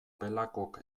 belakok